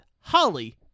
Holly